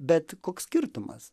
bet koks skirtumas